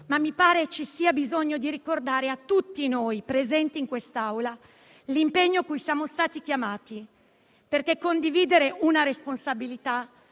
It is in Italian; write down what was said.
ma mi pare ci sia bisogno di ricordare a tutti noi presenti in quest'Aula l'impegno cui siamo stati chiamati, perché condividere una responsabilità